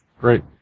Great